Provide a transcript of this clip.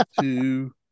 two